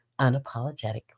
unapologetically